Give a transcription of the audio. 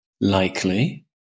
likely